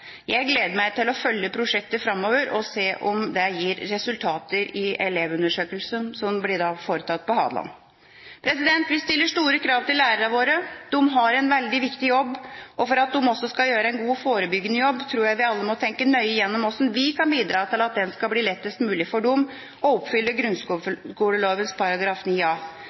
Jeg gleder meg til å følge prosjektet framover og se om det gir resultater i Elevundersøkelsen, som blir foretatt på Hadeland. Vi stiller store krav til lærerne våre. De har en svært viktig jobb. Og for at de også skal kunne gjøre en god forebyggende jobb, tror jeg vi alle må tenke nøye igjennom hvordan vi kan bidra til at det skal bli lettest mulig for dem å oppfylle